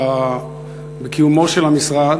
בקיומו של המשרד,